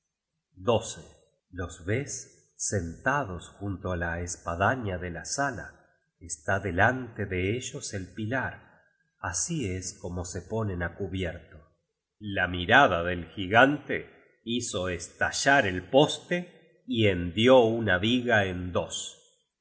at los ves sentados junto á la espadaña de la sala está delante de ellos el pilar así es como se ponen á cubierto la mirada del gigante hizo estallar el poste y hendió una viga en dos